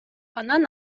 анан